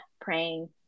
praying